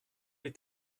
est